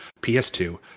PS2